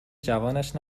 جوانش